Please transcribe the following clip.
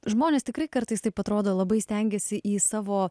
žmonės tikrai kartais taip atrodo labai stengiasi į savo